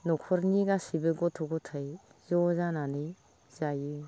न'खरनि गासैबो गथ' गथाय ज' जानानै जायो